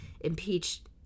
impeached